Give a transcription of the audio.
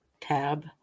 tab